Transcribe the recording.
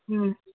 ꯎꯝ